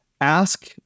ask